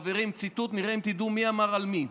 חברים, ציטוט, נראה אם תדעו מי אמר על מי: